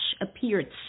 appeared